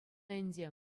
ӗнтӗ